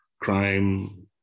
crime